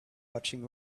watching